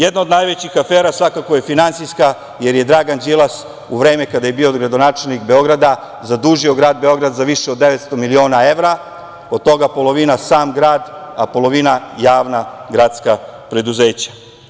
Jedna od najvećih afera svakako je finansijska, jer je Dragan Đilas u vreme kada je bio gradonačelnik Beograda zadužio grad Beograd za više od 900 miliona evra, od toga polovina sam grad, a polovina javna gradska preduzeća.